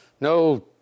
No